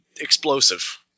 explosive